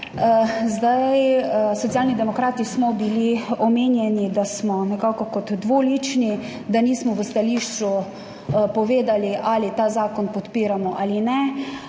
Socialni demokrati smo bili omenjeni, da smo nekako dvolični, da nismo v stališču povedali, ali ta zakon podpiramo ali ne.